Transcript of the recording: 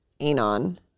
anon